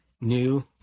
new